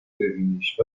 ببینیش